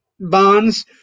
bonds